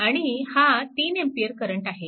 आणि हा 3A current आहे